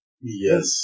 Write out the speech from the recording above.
Yes